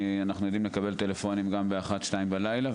אנחנו יודעים לקבל טלפונים גם בשעות 01:00 ו-02:00 בלילה,